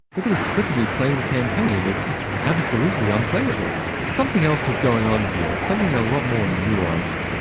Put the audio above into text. look at this clip of me playing the campaign, it's just absolutely unplayable. something else was going on here, something a lot more nuanced.